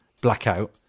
blackout